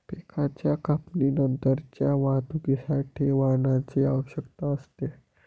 पिकाच्या कापणीनंतरच्या वाहतुकीसाठी वाहनाची आवश्यकता असते